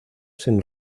sin